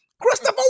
Christopher